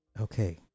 Okay